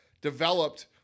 developed